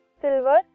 silver